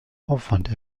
aufwand